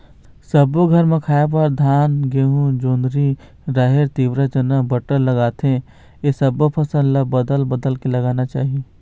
सब्बो घर म खाए बर धान, गहूँ, जोंधरी, राहेर, तिंवरा, चना, बटरा लागथे ए सब्बो फसल ल बदल बदल के लगाना चाही